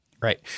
Right